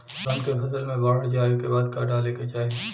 धान के फ़सल मे बाढ़ जाऐं के बाद का डाले के चाही?